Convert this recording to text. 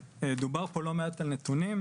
דובר פה לא מעט על נתונים.